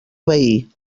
veí